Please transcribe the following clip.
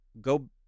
go